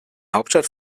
hauptstadt